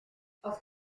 auf